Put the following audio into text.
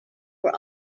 were